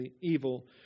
evil